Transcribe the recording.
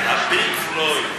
ה"פינק פלויד".